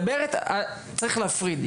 צריך להפריד.